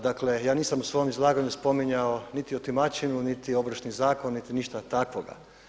Dakle, ja nisam u svom izlaganju spominjao niti otimačinu, niti Ovršni zakon niti išta takvoga.